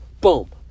Boom